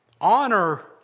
Honor